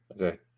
Okay